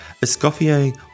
Escoffier